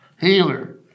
Healer